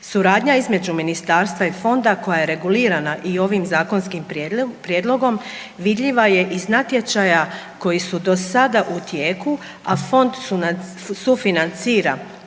Suradnja između ministarstva i fonda koja je regulirana i ovim zakonskim prijedlogom vidljiva je iz natječaja koji su do sada u tijeku, a fond sufinancira